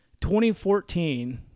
2014